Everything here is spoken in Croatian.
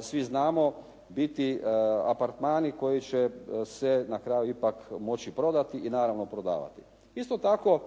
svi znamo, biti apartmani koji će se na kraju ipak moći prodati i naravno prodavati. Isto tako